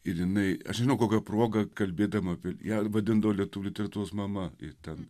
ir jinai aš nežinau kokia proga kalbėdama apie ją vadindavo lietuvių literatūros mama itin